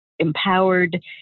empowered